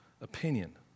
opinion